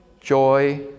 joy